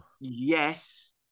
Yes